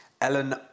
Ellen